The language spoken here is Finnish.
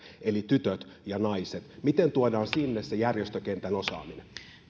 eli tytöt ja naiset miten tuodaan sinne se järjestökentän osaaminen